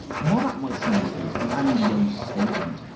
and while that might seem like a grandiose statement,